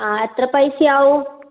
ആ എത്ര പൈസയാവും